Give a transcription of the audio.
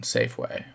Safeway